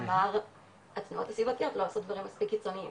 אמר אתם עושים דברים לא מספיק קיצוניים,